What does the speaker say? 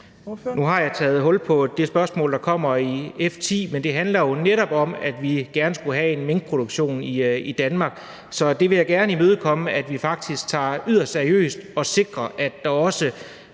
Nu har jeg taget hul på det spørgsmål, der kommer i F 10. Det handler jo netop om, at vi gerne skulle have en minkproduktion i Danmark. Så jeg vil gerne imødekomme, at vi faktisk tager det yderst seriøst og sikrer, at der også